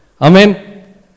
Amen